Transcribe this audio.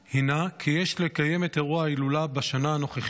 הינה כי יש לקיים את אירוע ההילולה בשנה הנוכחית